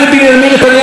יש איש אחר,